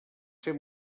ser